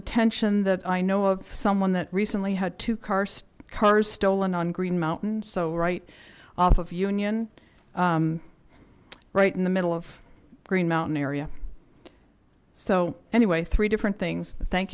attention that i know of someone that recently had two cars cars stolen on green mountain so right off of union right in the middle of green mountain area so anyway three different things thank